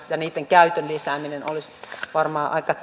ja niitten käytön lisääminen olisi varmaan aika